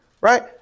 Right